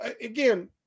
again